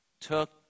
took